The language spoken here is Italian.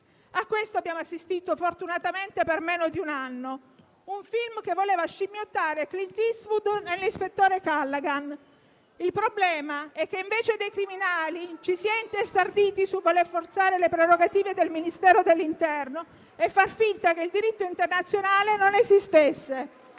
A questo abbiamo assistito, fortunatamente per meno di un anno: un *film* che voleva scimmiottare Clint Eastwood nell'ispettore Callaghan. Il problema è che, invece dei criminali, ci si è intestarditi nel voler forzare le prerogative del Ministero dell'interno e far finta che il diritto internazionale non esistesse.